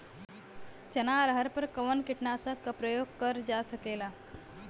चना अरहर पर कवन कीटनाशक क प्रयोग कर जा सकेला?